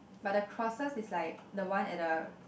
but the crosses is like the one at the